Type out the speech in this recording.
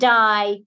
die